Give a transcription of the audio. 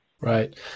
Right